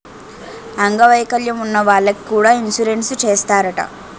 అంగ వైకల్యం ఉన్న వాళ్లకి కూడా ఇన్సురెన్సు చేస్తారట